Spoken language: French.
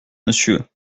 monsieur